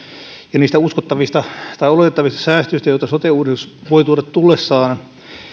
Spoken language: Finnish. ja niistä oletettavista säästöistä joita sote uudistus voi tuoda tullessaan